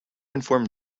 inform